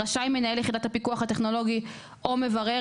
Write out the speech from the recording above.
רשאי מנהל יחידת הפיקוח הטכנולוגי או מברר,